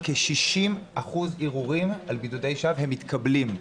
כ-60% ערעורים על בידודי שווא שמתקבלים.